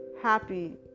happy